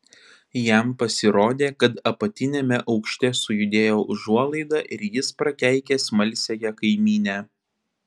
jam pasirodė kad apatiniame aukšte sujudėjo užuolaida ir jis prakeikė smalsiąją kaimynę